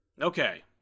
Okay